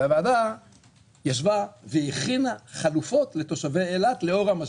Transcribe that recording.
והוועדה ישבה והכינה חלופות לתושבי אילת לאור המשבר.